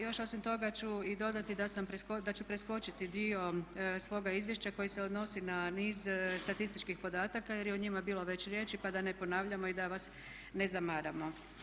Još osim toga ću i dodati da ću preskočiti dio svoga izvješća koji se odnosi na niz statističkih podataka jer je o njima bilo već riječi pa da ne ponavljamo i da vas ne zamaramo.